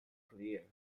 clear